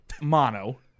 mono